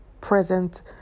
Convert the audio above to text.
present